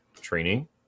training